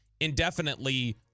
indefinitely